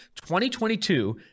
2022